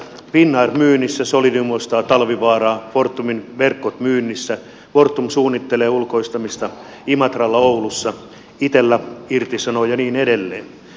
finnair myynnissä solidium ostaa talvivaaraa fortumin verkot myynnissä fortum suunnittelee ulkoistamista imatralla oulussa itella irtisanoo ja niin edelleen